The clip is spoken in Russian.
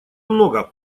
много